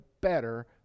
better